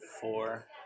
Four